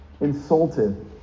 insulted